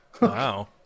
Wow